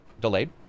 delayed